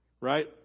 right